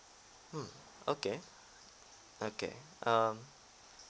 mm okay okay um